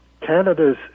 Canada's